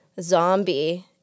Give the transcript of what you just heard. zombie